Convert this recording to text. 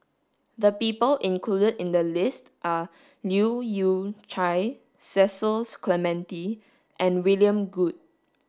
the people included in the list are Leu Yew Chye Cecil Clementi and William Goode